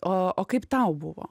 o o kaip tau buvo